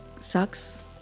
sucks